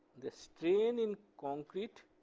the strain in concrete,